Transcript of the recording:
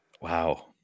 wow